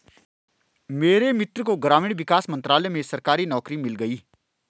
मेरे मित्र को ग्रामीण विकास मंत्रालय में सरकारी नौकरी मिल गई